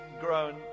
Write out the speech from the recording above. grown